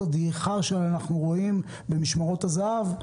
הדעיכה שאנחנו רואים במשמרות הזה"ב.